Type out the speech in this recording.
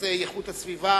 בנושאי איכות הסביבה.